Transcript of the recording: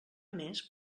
més